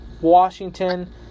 Washington